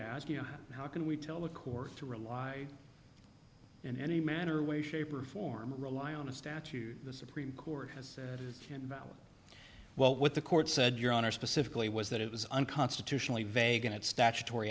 ask you how can we tell the court to rely in any manner way shape or form rely on a statute the supreme court has said is invalid well what the court said your honor specifically was that it was unconstitutionally vague and it statutory